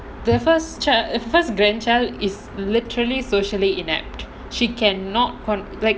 the first child first grandchild is literally socially inept she cannot like